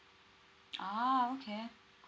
ah okay